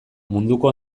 munduko